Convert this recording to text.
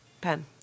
Pen